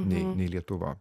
nei lietuva